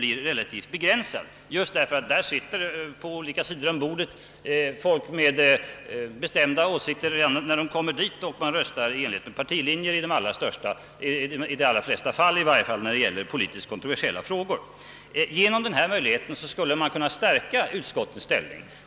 I utskotten sitter nämligen på olika sidor om bordet ledamöter, som har bestämda åsikter redan när de kommer till sammanträdet och som oftast — i varje fall i politiskt kontroversiella frågor — röstar i enlighet med partilinjerna. Detta nya inslag i utskottens arbete skulle kunna stärka utskottens ställning.